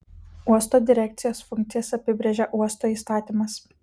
uosto direkcijos funkcijas apibrėžia uosto įstatymas